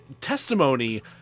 testimony